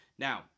Now